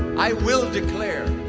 i will declare